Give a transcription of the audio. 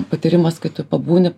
patyrimas kai tu pabūni